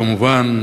כמובן,